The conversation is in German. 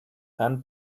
herrn